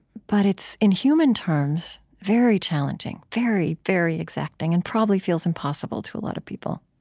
but it's in human terms very challenging, very, very exacting and probably feels impossible to a lot of people